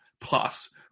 plus